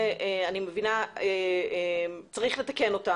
יש לתקנה,